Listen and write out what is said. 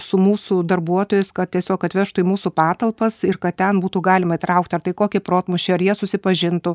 su mūsų darbuotojais kad tiesiog atvežtų į mūsų patalpas ir kad ten būtų galima įtraukti ar tai kokį protmūšį ar jie susipažintų